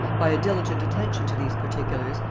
by a diligent attention to these particulars,